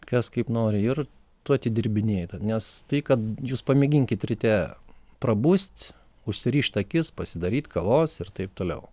kas kaip nori ir tu atidirbinėji nes tai kad jūs pamėginkit ryte prabust užsirišt akis pasidaryt kavos ir taip toliau